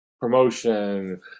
promotion